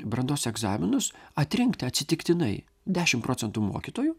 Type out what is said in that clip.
brandos egzaminus atrinkti atsitiktinai dešimt procentų mokytojų